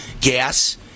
Gas